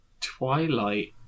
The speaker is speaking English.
twilight